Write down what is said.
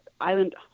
Island